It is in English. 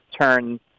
turn